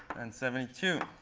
and seventy two.